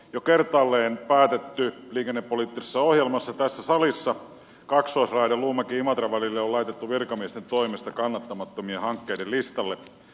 jo kertaalleen päätetty liikennepoliittisessa ohjelmassa tässä salissa hanke kaksoisraide luumäkiimatra välille on laitettu virkamiesten toimesta kannattamattomien hankkeiden listalle